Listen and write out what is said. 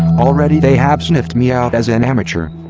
already they have sniffed me out as an amateur!